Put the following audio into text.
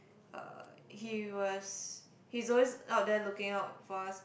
uh he was he's always out there looking out for us